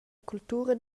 cultura